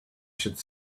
should